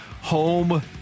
home